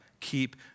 Keep